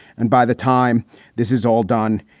and by the time this is all done,